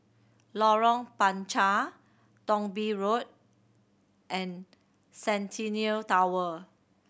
Lorong Panchar Thong Bee Road and Centennial Tower